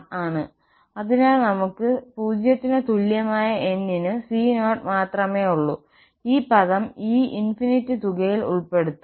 ആണ് അതിനാൽ നമുക്ക് 0 ന് തുല്യമായ n ന് c0 മാത്രമേ ഉള്ളൂ ഈ പദം ഈ അനന്തമായ തുകയിൽ ഉൾപ്പെടുത്തും